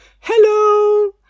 Hello